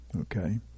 Okay